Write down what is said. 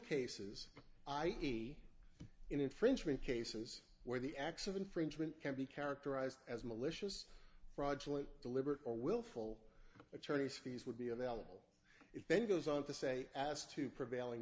cases i e infringement cases where the acts of infringement can be characterized as malicious fraudulent deliberate or willful attorneys fees would be available if then goes on to say as to prevailing